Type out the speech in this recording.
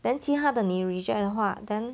then 其他的的你 reject 的话 then